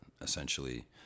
Essentially